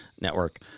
network